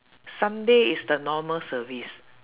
sunday is the normal service